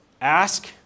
ask